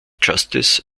justice